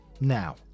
Now